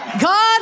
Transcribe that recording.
God